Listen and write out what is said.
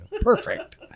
Perfect